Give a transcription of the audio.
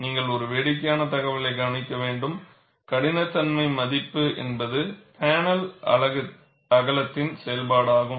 நீங்கள் ஒரு வேடிக்கையான தகவலைக் கவனிக்க வேண்டும் கடினத்தன்மை மதிப்பு என்பது பேனல் அகலத்தின் செயல்பாடாகும்